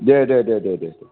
दे दे दे दे दे दे